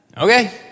Okay